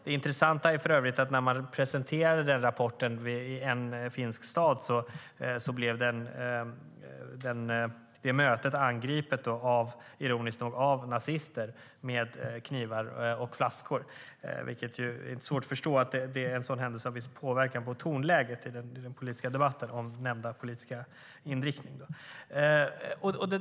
Det intressanta är för övrigt att när man presenterade rapporten i en finsk stad blev mötet, ironiskt nog, angripet av nazister med knivar och flaskor. Det är inte svårt att förstå att en sådan händelse har viss påverkan på tonläget i den politiska debatten om nämnda politiska inriktning.